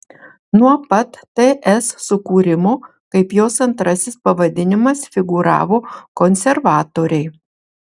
nuo pat ts sukūrimo kaip jos antrasis pavadinimas figūravo konservatoriai